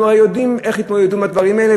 אנחנו הרי יודעים איך יתמודדו עם הדברים האלה,